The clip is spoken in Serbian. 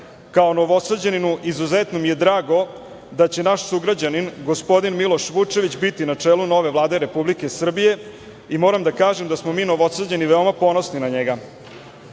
Kao Novosađaninu izuzetno mi je drago da će naš sugrađanin gospodin Miloš Vučević biti na čelu nove Vlade Republike Srbije i moram da kažem da smo mi Novosađani veoma ponosni na